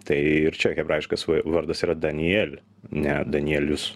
tai ir čia hebrajiškas vardas yra daniel ne danielius